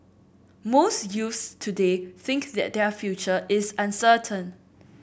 most youths today think that their future is uncertain